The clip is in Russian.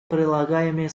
прилагаемые